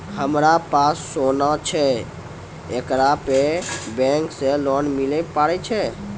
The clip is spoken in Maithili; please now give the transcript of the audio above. हमारा पास सोना छै येकरा पे बैंक से लोन मिले पारे छै?